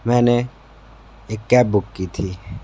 मैंने एक cab book की थी